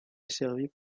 desservie